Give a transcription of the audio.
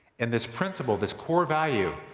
and this principle, this core value,